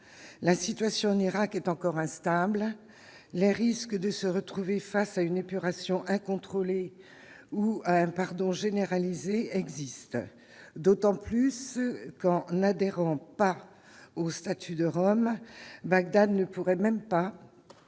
la situation en Irak est encore instable, le risque de se retrouver face à une épuration incontrôlée ou à un pardon généralisée existe d'autant plus quand n'adhérent pas au statut de Rome, Bagdad ne pourrait même pas